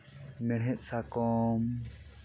ᱢᱮᱲᱦᱮᱫ ᱥᱟᱠᱚᱢ